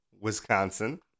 Wisconsin